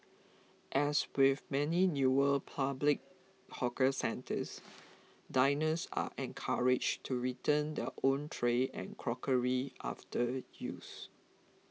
as with many newer public hawker centres diners are encouraged to return their own tray and crockery after use